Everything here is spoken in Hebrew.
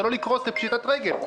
שלא לקרוס לפשיטת רגל.